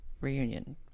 reunion